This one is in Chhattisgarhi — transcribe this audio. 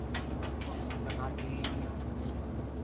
कोन कोन प्रकार के ऋण मिल सकथे?